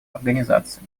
организации